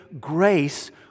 grace